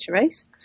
race